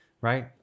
right